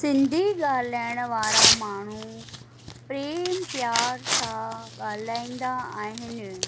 सिंधी ॻाल्हाइण वारा माण्हू प्रेम प्यार सां ॻाल्हाईंदा आहिनि